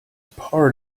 part